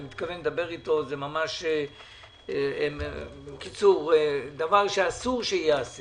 אני מתכוון לדבר אתו, זה דבר שאסור שייעשה